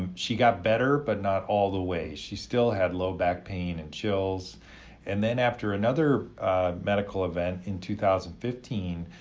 and she got better but not all the way, she still had low back pain and chills and then after another medical event in two thousand and fifteen,